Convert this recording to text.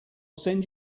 send